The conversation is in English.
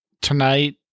tonight